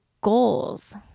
goals